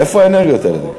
מאיפה האנרגיות האלה?